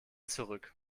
zurück